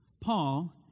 Paul